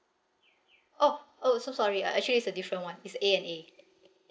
oh oh so sorry uh actually it's a different one it's A_N_A